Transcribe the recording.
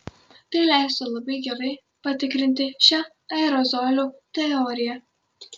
tai leistų labai gerai patikrinti šią aerozolių teoriją